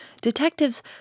Detectives